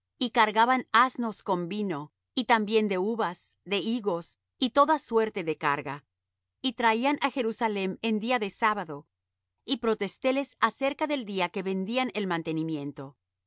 y cargaban asnos con vino y también de uvas de higos y toda suerte de carga y traían á jerusalem en día de sábado y protesté les acerca del día que vendían el mantenimiento